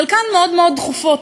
חלקן מאוד מאוד דחופות,